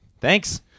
Thanks